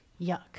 Yuck